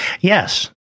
Yes